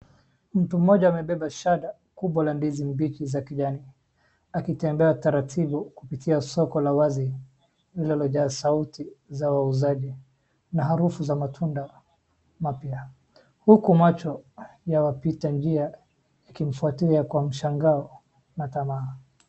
Mtu mmoja amebeba shada kubwa la ndizi mbichi za kijani akitembea taratibu kupitia soko la wazi linalojaa sauti za wauzaji na harufu za matunda mapya, huku macho ya wapita njia yakimfuatilia kwa mshangao na tamaa.